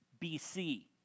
BC